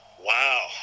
Wow